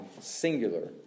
singular